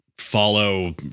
Follow